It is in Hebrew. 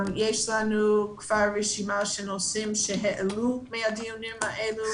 יש לנו כבר רשימה של נושאים שהועלו הדיונים האלה